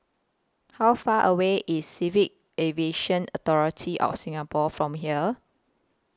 How Far away IS Civil Aviation Authority of Singapore from here